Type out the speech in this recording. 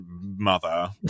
mother